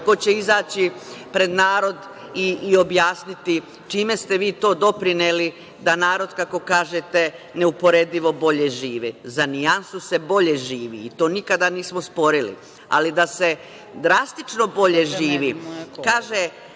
ko će izaći pred narod i objasniti čime ste vi to doprineli da narod, kako kažete, neuporedivo bolji živi? Za nijansu se bolje živi i to nikada nismo sporili, ali da se drastično bolje živi. Kaže